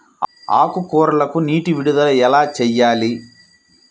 ఆకుకూరలకు నీటి విడుదల ఎలా చేయాలి?